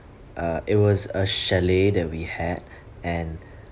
uh it was a chalet that we had and um